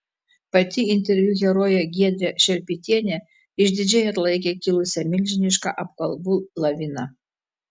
pati interviu herojė giedrė šerpytienė išdidžiai atlaikė kilusią milžinišką apkalbų laviną